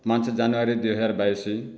ପାଞ୍ଚ ଜାନୁଆରୀ ଦୁଇହଜାର ବାଇଶ